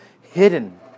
hidden